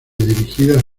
dirigidas